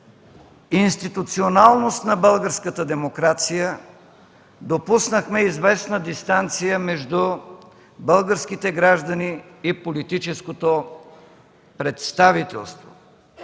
институционалност на българската демокрация, допуснахме известна дистанция между българските граждани и политическото представителство.